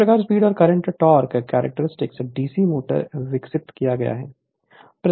इस प्रकार स्पीड और current torque current characteristic DC motors विकसित किया गया है